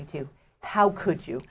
me to how could you